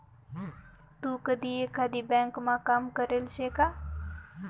तू कधी एकाधी ब्यांकमा काम करेल शे का?